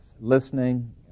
listening